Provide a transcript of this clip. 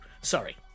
Sorry